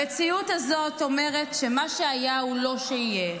המציאות הזאת אומרת שמה שהיה הוא לא שיהיה,